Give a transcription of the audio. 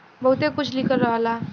बहुते कुछ लिखल रहला